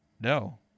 No